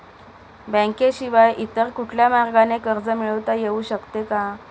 बँकेशिवाय इतर कुठल्या मार्गाने कर्ज मिळविता येऊ शकते का?